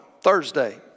Thursday